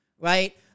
Right